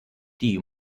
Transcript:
die